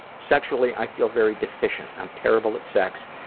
sexually, i feel very deficient. i'm terrible at sex,